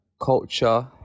culture